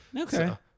okay